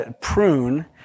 prune